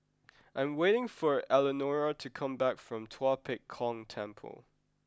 I am waiting for Elenora to come back from Tua Pek Kong Temple